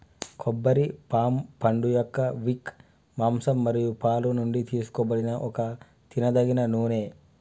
కొబ్బరి పామ్ పండుయొక్క విక్, మాంసం మరియు పాలు నుండి తీసుకోబడిన ఒక తినదగిన నూనె